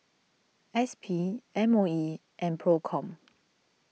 S P M O E and Procom